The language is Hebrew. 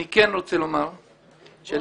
אני רוצה לומר שלצערי,